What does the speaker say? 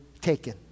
taken